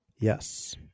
Yes